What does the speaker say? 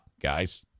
guys